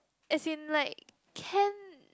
as in like can